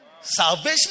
Salvation